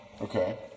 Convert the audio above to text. Okay